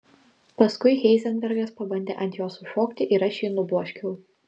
paskui heizenbergas pabandė ant jos užšokti ir aš jį nubloškiau